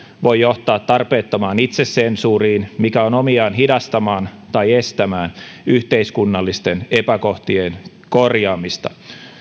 voi johtaa tarpeettomaan itsesensuuriin mikä on omiaan hidastamaan tai estämään yhteiskunnallisten epäkohtien korjaamista